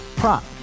prop